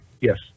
Yes